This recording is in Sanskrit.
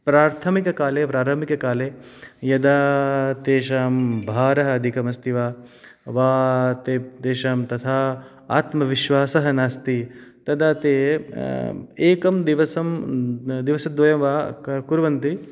प्राथमिककाले प्रारम्भिककाले यदा तेषां भारः अधिकमस्ति वा वा ते तेषां तथा आत्मविश्वासः नास्ति तदा ते एकं दिवसं दिवसद्वयं वा कुर्वन्ति